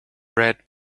bread